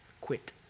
quit